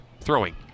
throwing